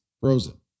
frozen